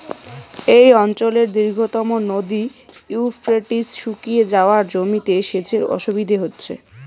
এই অঞ্চলের দীর্ঘতম নদী ইউফ্রেটিস শুকিয়ে যাওয়ায় জমিতে সেচের অসুবিধে হচ্ছে